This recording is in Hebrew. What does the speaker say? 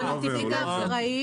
זה נוטיפיקציה.